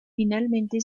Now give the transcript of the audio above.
finalmente